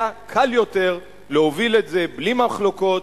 היה קל יותר להוביל את זה בלי מחלוקות,